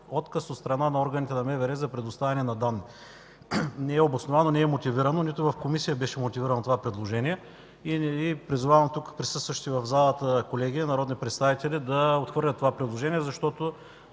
отказ” от страна на органите на МВР за предоставяне на данни. Не е обосновано, не е мотивирано, нито в Комисията беше мотивирано предложението. Призовавам присъстващите в залата колеги народни представители да отхвърлят това предложение, защото